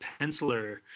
penciler